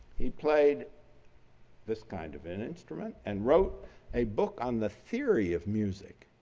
he played this kind of an instrument and wrote a book on the theory of music.